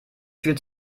fühlt